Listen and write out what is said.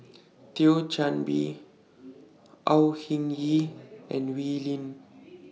Thio Chan Bee Au Hing Yee and Wee Lin